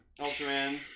ultraman